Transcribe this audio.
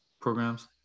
programs